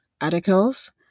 articles